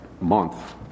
month